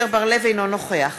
אינו נוכח